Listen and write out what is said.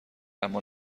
اما